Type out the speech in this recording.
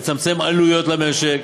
לצמצם עלויות למשק,